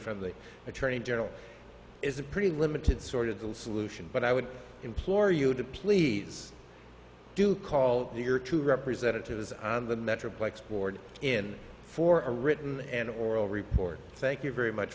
from the attorney general is a pretty limited sort of the solution but i would implore you to please do call your two representatives of the metroplex board in for a written and oral report thank you very much